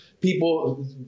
People